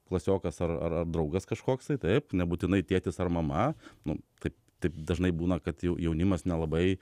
klasiokas ar ar draugas kažkoks tai taip nebūtinai tėtis ar mama nu taip taip dažnai būna kad jau jaunimas nelabai